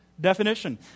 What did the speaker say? definition